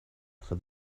for